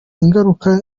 ingaruka